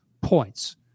points